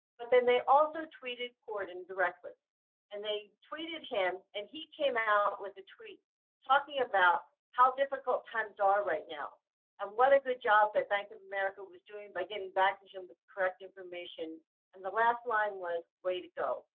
but then they also tweeted corden directly and they tweeted him and he came out with the tweet talking about how difficult times are right now and what a good job that bank of america was doing by getting back to him with correct information and the last line was way to go.